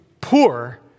poor